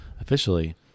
officially